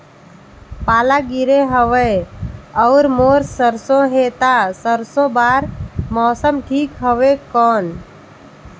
पाला गिरे हवय अउर मोर सरसो हे ता सरसो बार मौसम ठीक हवे कौन?